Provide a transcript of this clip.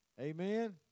Amen